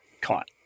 caught